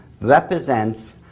represents